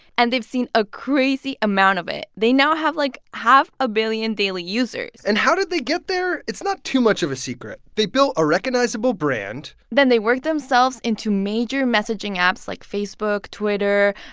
and they've seen a crazy amount of it. they now have, like, half a billion daily users and how did they get there? it's not too much of a secret. they built a recognizable brand then they worked themselves into major messaging apps like facebook, twitter,